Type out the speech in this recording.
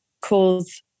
cause